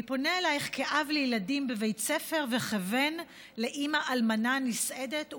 אני פונה אלייך כאב לילדים בבית ספר וכבן לאימא אלמנה נסעדת,